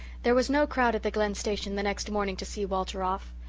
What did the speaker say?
there was no crowd at the glen station the next morning to see walter off.